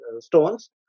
stones